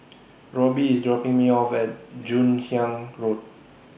Robby IS dropping Me off At Joon Hiang Road